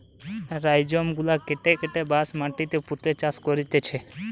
rhizome গুলা কেটে কেটে বাঁশ মাটিতে পুঁতে চাষ করতিছে